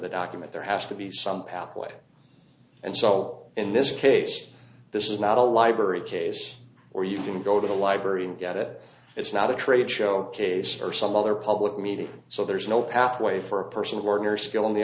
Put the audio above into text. the document there has to be some pathway and so in this case this is not a library case where you can go to the library and get it it's not a trade show case or some other public meeting so there's no pathway for a person of ordinary skill in the